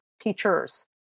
teachers